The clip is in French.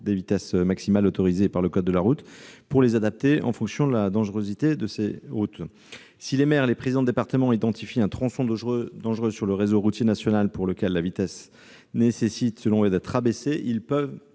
des vitesses maximales autorisées par le code de la route pour les adapter en fonction de la dangerosité des routes. Si le maire ou le président de département identifient un tronçon dangereux sur le réseau routier national pour lequel la vitesse nécessite selon eux d'être abaissée, ils peuvent